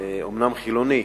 אומנם חילוני,